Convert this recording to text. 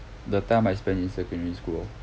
the time I spend in secondary school lor